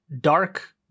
dark